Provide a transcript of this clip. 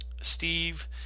Steve